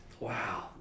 Wow